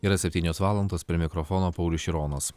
yra septynios valandos prie mikrofono paulius šironas